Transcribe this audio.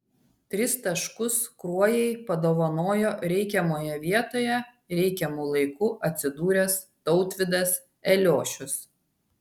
tris taškus kruojai padovanojo reikiamoje vietoje reikiamu laiku atsidūręs tautvydas eliošius